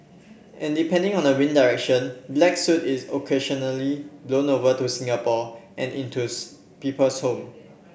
and depending on the wind direction black soot is occasionally blown over to Singapore and into people's home